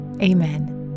Amen